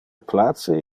place